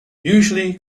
usually